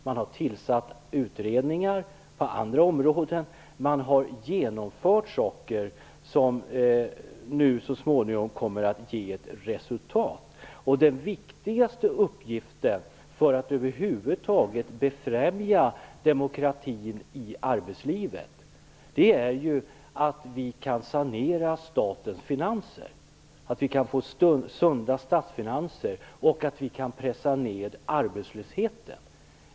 Man har tillsatt utredningar på andra områden. Man har genomfört saker som så småningom kommer att ge ett resultat. Den viktigaste uppgiften för att över huvud taget befrämja demokratin i arbetslivet är ju att vi kan sanera statens finanser, att vi kan få sunda statsfinanser och pressa ned arbetslösheten.